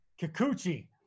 Kikuchi